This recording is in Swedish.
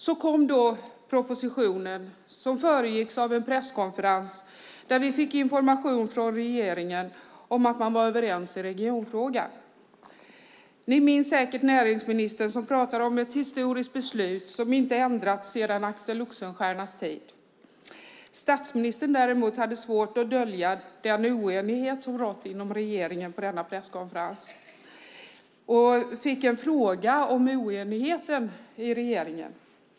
Så kom då propositionen, som föregicks av en presskonferens där vi från regeringen fick information om att man var överens i regionfrågan. Ni minns säkert näringsministerns tal om ett historiskt beslut, ett beslut som inte ändrats sedan Axel Oxenstiernas tid. Statsministern däremot hade på denna presskonferens svårt att dölja den oenighet som rått inom regeringen. Statsministern fick en fråga om oenigheten i regeringen.